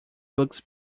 books